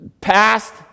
Past